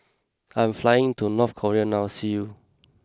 I am flying to North Korea now see you